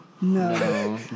No